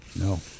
No